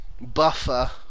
buffer